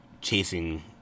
chasing